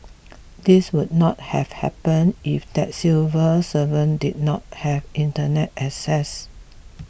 this would not have happened if that civil servant did not have Internet access